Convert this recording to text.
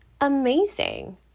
amazing